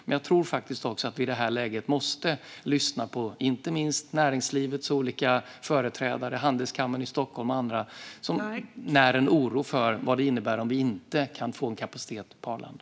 Men jag tror faktiskt att vi i det här läget måste lyssna inte minst på näringslivets olika företrädare, som handelskammaren i Stockholm och andra som när en oro för vad det innebär om vi inte kan få en kapacitet på Arlanda.